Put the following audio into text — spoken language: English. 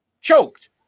Choked